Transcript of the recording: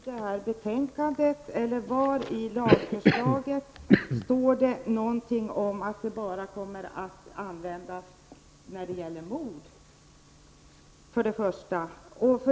Herr talman! Var i detta betänkande eller var i lagförslaget står det någonting om att lagen bara kommer att användas när det gäller mord?